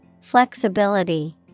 Flexibility